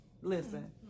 listen